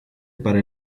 para